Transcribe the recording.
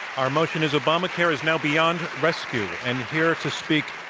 our motion is obamacare is now beyond rescue, and here to speak